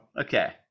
Okay